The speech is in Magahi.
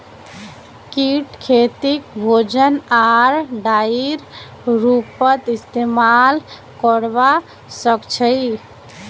कीट खेतीक भोजन आर डाईर रूपत इस्तेमाल करवा सक्छई